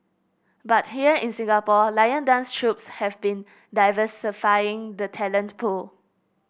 but here in Singapore lion dance troupes have been diversifying the talent pool